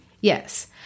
Yes